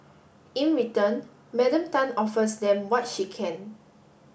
in return Madam Tan offers them what she can